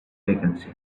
vacancy